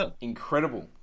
incredible